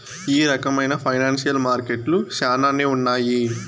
ఈ రకమైన ఫైనాన్సియల్ మార్కెట్లు శ్యానానే ఉన్నాయి